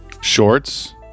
shorts